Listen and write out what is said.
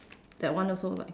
that one also right